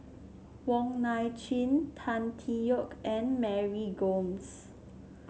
Wong Nai Chin Tan Tee Yoke and Mary Gomes